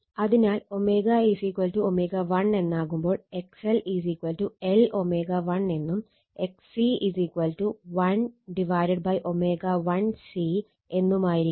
അതിനാൽ ω ω1 എന്നാകുമ്പോൾ XL L ω1 എന്നും XC 1ω1 C എന്നുമായിരിക്കും